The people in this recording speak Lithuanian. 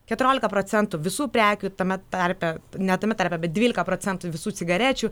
keturiolika procentų visų prekių tame tarpe ne tame tarpe dvylika procentų visų cigarečių